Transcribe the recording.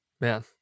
Man